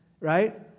right